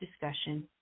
discussion